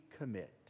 commit